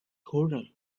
choral